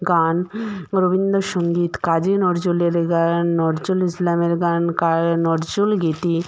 গান রবীন্দ্রসঙ্গীত কাজী নজরুলের গান নজরুল ইসলামের গান কা নজরুল গীতি